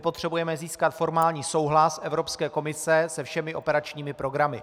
Potřebujeme získat formální souhlas Evropské komise se všemi operačními programy.